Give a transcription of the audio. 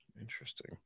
Interesting